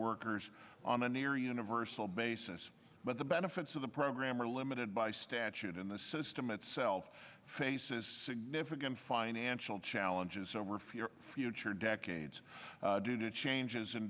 workers on a near universal basis but the benefits of the program are limited by statute in the system itself faces significant financial challenges over for your future decades due to changes in